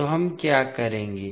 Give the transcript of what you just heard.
तो हम क्या करेंगे